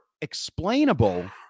explainable